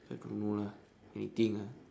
I don't know lah anything lah